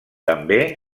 també